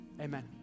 Amen